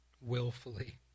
willfully